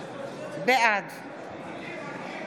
בעד